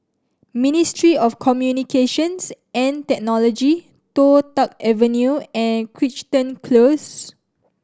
Ministry of Communications and Technology Toh Tuck Avenue and Crichton Close